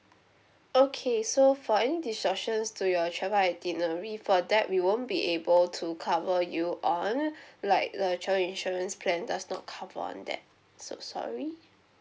okay so for any disruptions to your travel itinerary for that we won't be able to cover you on like the travel insurance plan does not cover on that so sorry